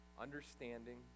understanding